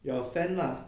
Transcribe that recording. you are a fan lah